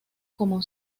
como